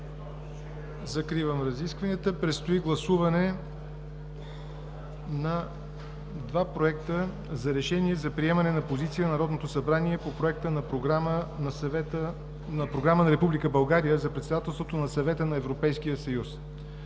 Закривам разискванията. Предстои гласуване на два проекта за решение за приемане на позиция на Народното събрание по Проекта на програма на Република България за председателството на Съвета на Европейския съюз.